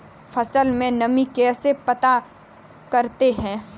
फसल में नमी कैसे पता करते हैं?